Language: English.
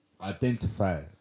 identify